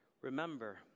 Remember